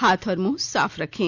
हाथ और मुंह साफ रखें